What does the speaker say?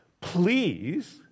Please